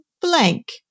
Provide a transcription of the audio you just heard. blank